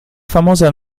famosa